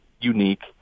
unique